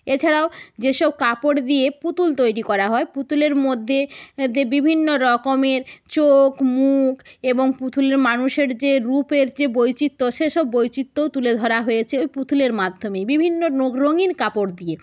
এছাড়াও যেসব কাপড় দিয়ে পুতুল তৈরি করা হয় পুতুলের মধ্যে বিভিন্ন রকমের চোখ মুখ এবং পুতুল মানুষের যে রূপের যে বৈচিত্র সেসব বৈচিত্রও তুলে ধরা হয়েছে ওই পুতুলের মাধ্যমেই বিভিন্ন রঙিন কাপড় দিয়ে